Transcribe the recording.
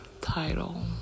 title